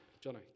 Johnny